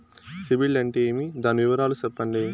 సిబిల్ అంటే ఏమి? దాని వివరాలు సెప్పండి?